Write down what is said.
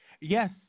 Yes